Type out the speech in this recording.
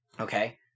Okay